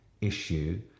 issue